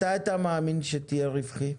מתי אתה מאמין שתהיה רווחי?